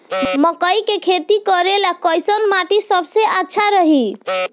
मकई के खेती करेला कैसन माटी सबसे अच्छा रही?